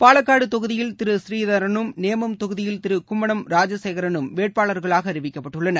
பாலக்காடுதொகுதியில் திரு டுநீதரனும் நேமம் தொகுதியில் திருகும்மணம் ராஜசேகரனும் வேட்பாளர்களாகஅறிவிக்கப்பட்டுள்ளனர்